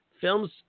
films